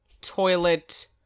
toilet